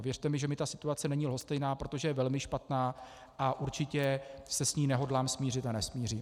Věřte mi, že mi ta situace není lhostejná, protože je velmi špatná, a určitě se s ní nehodlám smířit a nesmířím.